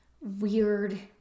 weird